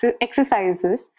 exercises